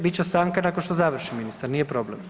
Bit će stanka nakon što završi ministar nije problem.